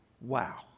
Wow